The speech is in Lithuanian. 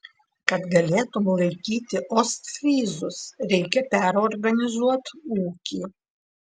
kad galėtum laikyti ostfryzus reikia perorganizuot ūkį